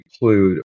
include